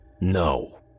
No